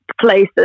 places